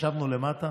ישבנו למטה